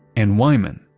and wyman,